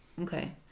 okay